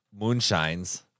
moonshines